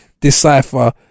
decipher